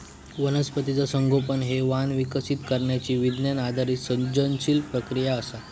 वनस्पतीचा संगोपन हे वाण विकसित करण्यची विज्ञान आधारित सर्जनशील प्रक्रिया असा